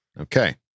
Okay